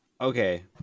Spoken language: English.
okay